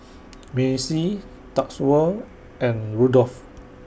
Macey Tatsuo and Rudolf